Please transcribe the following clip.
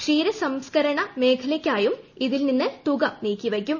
ക്ഷീര സംസ്ക്കരണ മേഖലയ്ക്കായും ഇതിൽ നിന്ന് തുക നീക്കി വയ്ക്കും